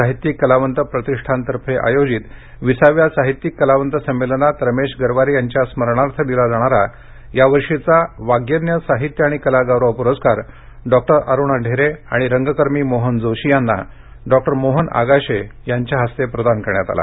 साहित्यिक कलावंत प्रतिष्ठानतर्फे आयोजित विसाव्या साहित्यिक कलावंत संमेलनात रमेश गरवारे यांच्या स्मरणार्थ दिला जाणारा यावर्षीचा वाग्यज्ञ साहित्य आणि कला गौरव पुरस्कार डॉक्टर अरुणा ढेरे आणि रंगकर्मी मोहन जोशी यांना डॉक्टर मोहन आगाशे यांच्या हस्ते प्रदान करण्यात आला